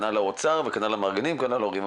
כנ"ל האוצר וכנ"ל המארגנים וכנ"ל ההורים.